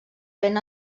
ben